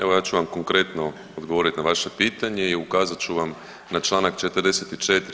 Evo ja ću vam konkretno odgovorit na vaše pitanje i ukazat ću vam na Članak 44.